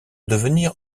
devenir